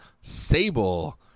Sable